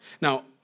Now